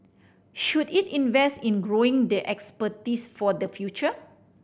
should it invest in growing the expertise for the future